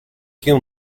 few